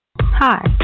Hi